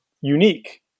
unique